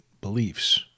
beliefs